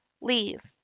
leave